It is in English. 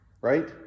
Right